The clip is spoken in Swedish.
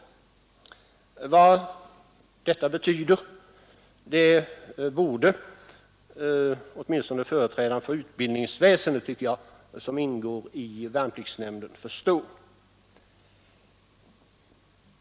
Vad detta betyder borde åtminstone den företrädare för utbildningsväsendet som ingår i värnpliktsnämnden förstå.